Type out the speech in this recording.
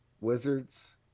Wizards